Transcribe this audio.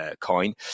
coin